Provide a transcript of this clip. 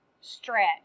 Stretch